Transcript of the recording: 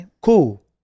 Cool